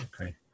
Okay